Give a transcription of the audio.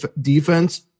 defense